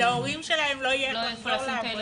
להורים לא יהיה איפה לשים את הילדים.